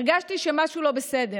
הרגשתי שמשהו לא בסדר.